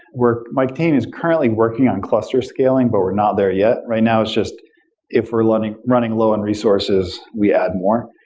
my team is currently working on cluster scaling, but we're not there yet. right now it's just if we're running running low on resources, we add more.